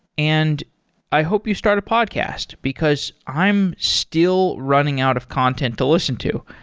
and i hope you start a podcast, because i am still running out of content to listen to.